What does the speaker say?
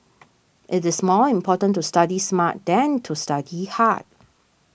it is more important to study smart than to study hard